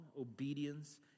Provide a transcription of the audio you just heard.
obedience